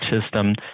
system